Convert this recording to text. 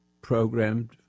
programmed